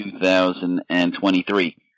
2023